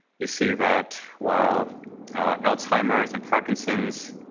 you see that while alzheimer's and parkinson's